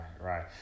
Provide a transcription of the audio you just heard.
right